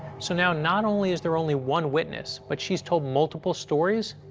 so now not only is there only one witness, but she's told multiple stories?